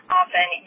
often